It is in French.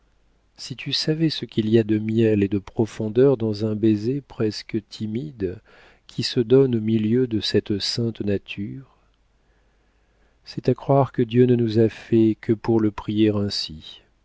si tu savais ce qu'il y a de miel et de profondeur dans un baiser presque timide qui se donne au milieu de cette sainte nature c'est à croire que dieu ne nous a faits que pour le prier ainsi